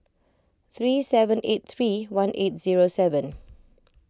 three seven eight three one eight zero seven